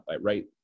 right